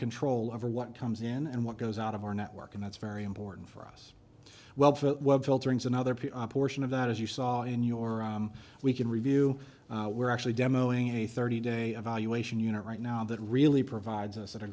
control over what comes in and what goes out of our network and that's very important for us well another p r portion of that as you saw in your we can review we're actually demo ing a thirty day evaluation unit right now that really provides us at